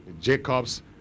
Jacob's